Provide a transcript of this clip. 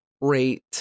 rate